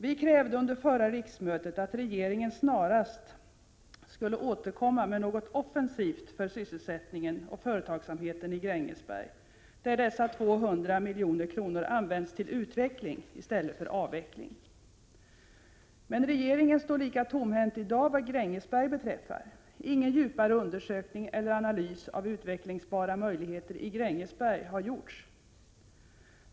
Vi krävde under förra riksmötet att regeringen snarast skulle återkomma med något offensivt för sysselsättningen och företagsamheten i Grängesberg, där dessa 200 milj.kr. används till utveckling i stället för avveckling. Men regeringen står lika tomhänt i dag vad Grängesberg beträffar. Ingen djupare undersökning eller analys av utvecklingsbara möjligheter i Grängesberg har gjorts.